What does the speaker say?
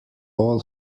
all